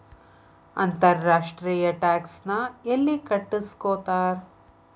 ಅಂತರ್ ರಾಷ್ಟ್ರೇಯ ಟ್ಯಾಕ್ಸ್ ನ ಯೆಲ್ಲಿ ಕಟ್ಟಸ್ಕೊತಾರ್?